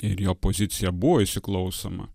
ir jo pozicija buvo įsiklausoma